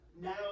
now